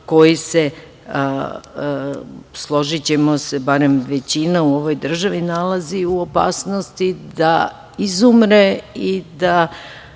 koji se, složićemo se, barem većina u ovoj državi, nalazi u opasnost da izumre i da